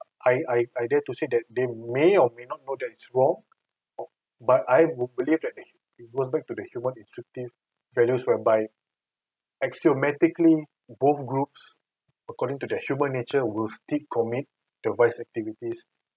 I I I dare to say that they may or may not know that it's wrong but I will believe that going back to human instructive values whereby axiomatically both groups according to the human nature will still commit to vice activities